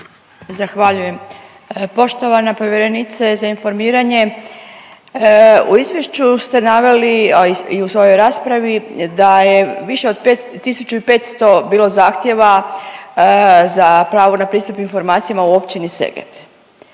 Zahvaljujem. Poštovana povjerenice za informiranje u izvješću ste naveli, a i u svojoj raspravi da je više od 1500 bilo zahtjeva za pravo na pristup informacijama u općini Seget.